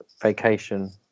vacation